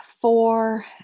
four